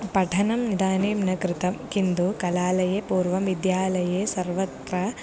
पठनम् इदानीं न कृतं किन्तु कलालये पूर्वं विद्यालये सर्वत्र